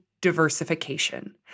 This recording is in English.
diversification